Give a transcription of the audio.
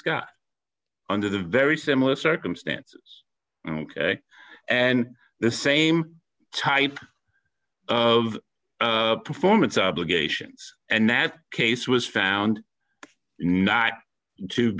scott under the very similar circumstances and the same type of performance obligations and that case was found not to